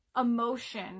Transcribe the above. emotion